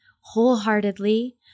wholeheartedly